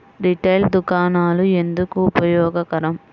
Retail దుకాణాలు ఎందుకు ఉపయోగకరం?